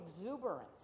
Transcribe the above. exuberance